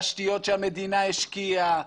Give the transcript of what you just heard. תשתיות שהמדינה השקיעה,